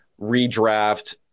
redraft